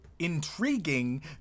intriguing